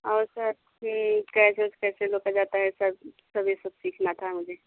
और सर ये कैच वैच कैसे रोका जाता है सर सब ये सब सीखना था हमें